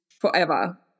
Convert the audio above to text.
forever